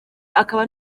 akaba